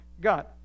God